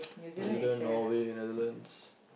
New-Zealand Norway Netherlands